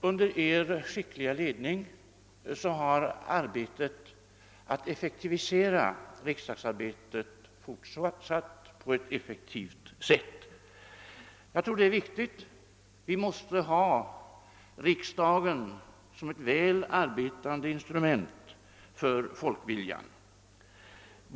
Under Er skickliga ledning har arbetet på att effektivisera riksdagsarbetet fortsatt. Jag tror det är viktigt att riksdagen är ett väl fungerande instrument för folkvilja.